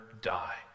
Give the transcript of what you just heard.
die